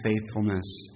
faithfulness